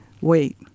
Wait